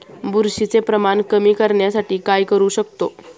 बुरशीचे प्रमाण कमी करण्यासाठी काय करू शकतो?